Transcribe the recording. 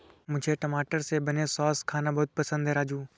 मुझे टमाटर से बने सॉस खाना बहुत पसंद है राजू